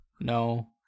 no